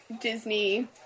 Disney